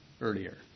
earlier